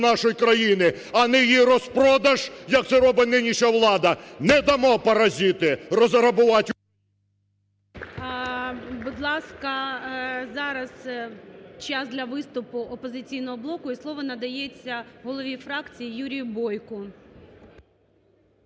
нашої країни, а не її розпродаж, як це робить нинішня влада. Не дамо, паразити, розграбувати… ГОЛОВУЮЧИЙ. Будь ласка, зараз час для виступу "Опозиційного блоку", і слово надається голові фракції Юрію Бойку.